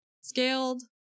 scaled